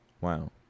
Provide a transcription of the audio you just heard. Wow